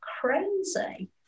crazy